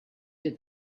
did